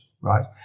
right